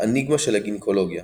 האניגמה של הגינקולוגיה,